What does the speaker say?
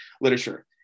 literature